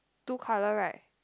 two colour right